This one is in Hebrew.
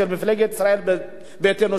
של מפלגת ישראל ביתנו,